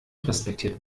respektiert